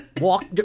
Walk